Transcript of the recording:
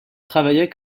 travaillaient